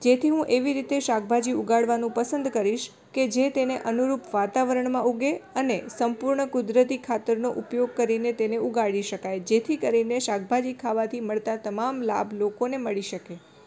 જેથી હું એવી રીતે શાકભાજી ઉગાડવાનું પસંદ કરીશ કે જે તેને અનુરૂપ વાતાવરણમાં ઉગે અને સંપૂર્ણ કુદરતી ખાતરનો ઉપયોગ કરીને તેને ઉગાડી શકાય જેથી કરીને શાકભાજી ખાવાથી મળતા તમામ લાભ લોકોને મળી શકે